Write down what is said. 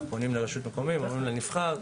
אנחנו פונים לרשות המקומית ואומרים לה שהיא נבחרה,